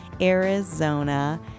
Arizona